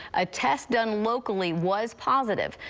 ah test done locally was positive.